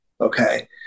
Okay